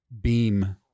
beam